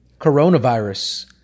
coronavirus